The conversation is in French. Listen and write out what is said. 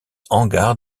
hangars